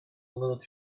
little